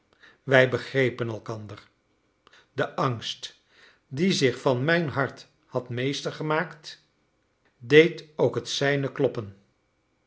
wij begrepen elkander de angst die zich van mijn hart had meester gemaakt deed ook het zijne kloppen